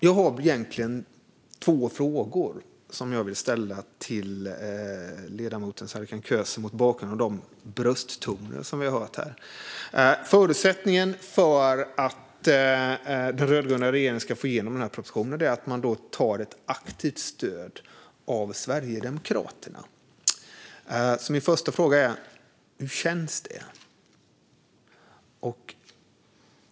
Jag har två frågor till ledamoten Serkan Köse mot bakgrund av de brösttoner som vi har hört här. Förutsättningen för att den rödgröna regeringen ska få igenom den här propositionen är att man tar aktivt stöd av Sverigedemokraterna. Min första fråga är: Hur känns det?